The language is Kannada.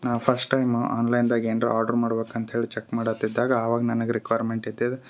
ನಾ ಫಸ್ಟ್ ಟೈಮ್ ಆನ್ಲೈನ್ದಾಗ ಏನ್ರ ಆರ್ಡರ್ ಮಾಡ್ಬೇಕು ಅಂತ್ಹೇಳಿ ಚಕ್ ಮಾಡತ್ತಿದಾಗ ಅವಾಗ ನನಗೆ ರಿಕ್ವೈರ್ಮೆಂಟ್ ಇದ್ದಿದ್ದು